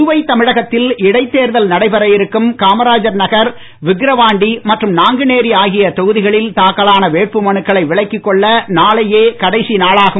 புதுவை தமிழகத்தில் இடைத்தேர்தல் நடைபெற இருக்கும் காமராஜர் நகர் விக்கிரவாண்டி மற்றும் நாங்குநேரி ஆகிய தொகுதிகளில் தாக்கலான வேட்புமனுக்களை விலக்கிக் கொள்ள நாளையே கடைசி நாளாகும்